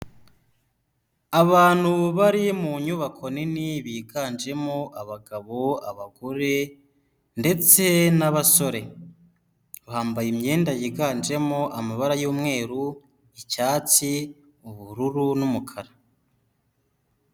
Abantu bari mu nyubako nini biganjemo: abagabo, abagore, ndetse n'abasore. Bambaye imyenda yiganjemo amabara: y'umweru, icyatsi, ubururu, n'umukara.